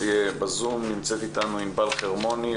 בזום נמצאת איתנו ענבל חרמוני,